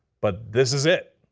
but this is it.